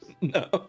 No